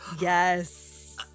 Yes